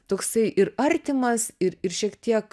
toksai ir artimas ir ir šiek